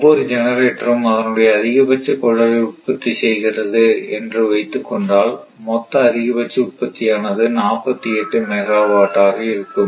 ஒவ்வொரு ஜெனரேட்டரும் அதனுடைய அதிகபட்ச கொள்ளளவை உற்பத்தி செய்கிறது என்று வைத்துக்கொண்டால் மொத்த அதிகபட்ச உற்பத்தியானது 48 மெகாவாட்டாக இருக்கும்